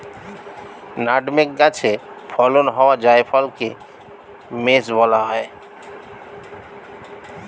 nutmeg গাছে ফলন হওয়া জায়ফলকে মেস বলা হয়